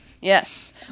Yes